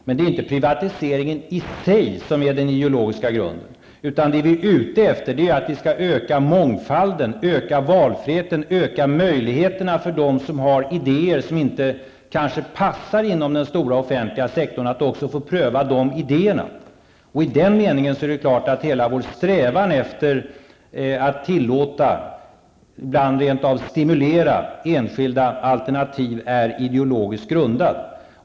Men det är inte privatiseringen i sig som är den ideologiska grunden, utan det vi är ute efter är att öka mångfalden, öka valfriheten, öka möjligheterna för dem som har idéer som kanske inte passar inom den stora offentliga sektorn att få pröva dessa idéer. I den meningen är det klart att hela vår strävan efter att tillåta, ibland rent av stimulera, enskilda alternativ är ideologiskt grundad.